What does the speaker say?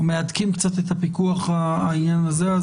מהדקים קצת את הפיקוח לעניין הזה,